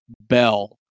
Bell